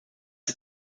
ist